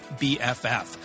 BFF